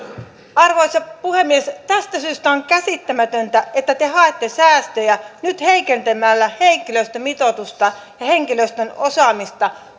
arvoisa puhemies tästä syystä on käsittämätöntä että te haette säästöjä nyt heikentämällä henkilöstömitoitusta ja henkilöstön osaamista